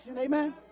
amen